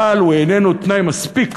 אבל הוא איננו תנאי מספיק.